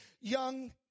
Young